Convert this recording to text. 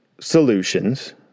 solutions